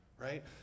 right